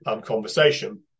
conversation